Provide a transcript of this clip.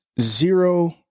zero